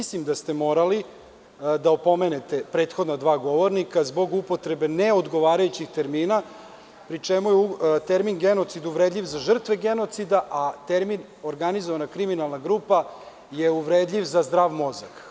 Mislim da ste morali da opomenete prethodna dva govornika zbog upotrebe neodgovarajućih termina, pri čemu je termin genocid uvredljiv za žrtve genocida, a termin organizovana kriminalna grupa je uvredljiv za zdrav mozak.